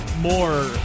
more